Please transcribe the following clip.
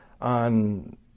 on